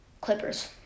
Clippers